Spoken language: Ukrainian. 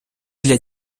для